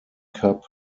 cup